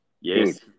Yes